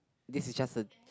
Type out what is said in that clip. this is just a